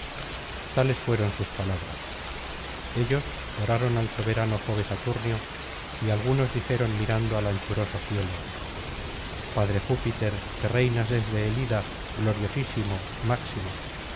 tales fueron sus palabras ellos oraron al soberano jove saturnio y algunos dijeron mirando al anchuroso cielo padre júpiter que reinas desde el ida gloriosísimo máximo